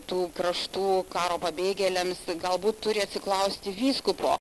tų kraštų karo pabėgėliams galbūt turi atsiklausti vyskupo